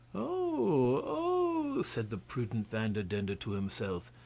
oh! said the prudent vanderdendur to himself,